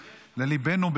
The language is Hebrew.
לליבנו,